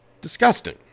Disgusting